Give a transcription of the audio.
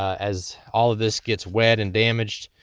as all this gets wet and damaged,